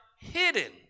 hidden